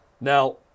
Now